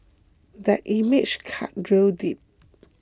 that image cut real deep